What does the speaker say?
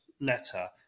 letter